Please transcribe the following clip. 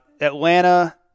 Atlanta